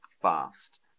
fast